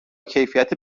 کیفیت